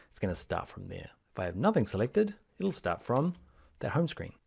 it's going to start from there. if i have nothing selected, it will start from the home screen.